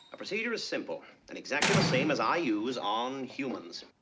procedure is simple and exactly the same as i use on humans.